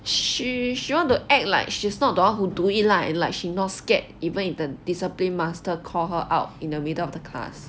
she she want to act like she's not the one who do it lah and like she not scared even if the discipline master call her out in the middle of the class